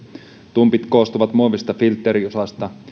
tumpit koostuvat muovisesta filtteriosasta